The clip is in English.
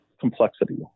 complexity